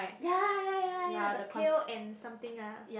ya ya ya ya the pail and something ah